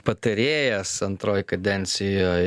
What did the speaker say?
patarėjas antroj kadencijoj